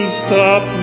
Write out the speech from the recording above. stop